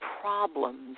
problems